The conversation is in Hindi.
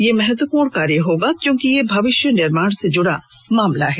यह महत्वपूर्ण कार्य होगा क्योंकि यह भविष्य निर्माण से जुड़ा मसला है